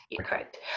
correct